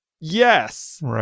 Yes